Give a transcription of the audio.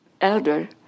elder